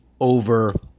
over